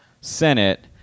Senate